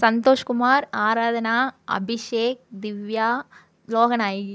Santhoshkumar Aradhana Abhishek Divya Loganayaki